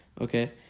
Okay